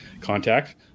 Contact